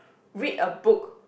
read a book